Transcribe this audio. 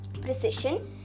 precision